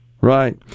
Right